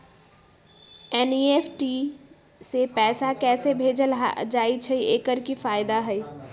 NEFT से पैसा कैसे भेजल जाइछइ? एकर की फायदा हई?